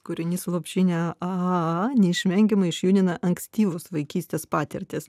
kūrinys lopšinė a a a neišvengiamai išjudina ankstyvos vaikystės patirtis